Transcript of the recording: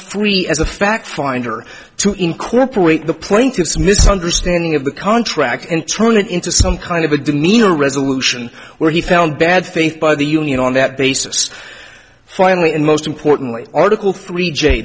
free as a fact finder to incorporate the plaintiff's misunderstanding of the contract and turn it into some kind of a demeanor resolution where he found bad faith by the union on that basis finally and most importantly article three j